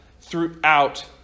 throughout